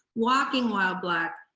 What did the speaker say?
walking while black,